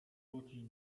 wrócić